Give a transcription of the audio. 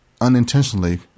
unintentionally